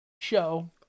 show